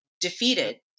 defeated